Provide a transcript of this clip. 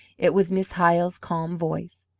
it was miss hyle's calm voice.